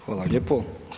Hvala lijepo.